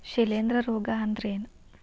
ಶಿಲೇಂಧ್ರ ರೋಗಾ ಅಂದ್ರ ಏನ್?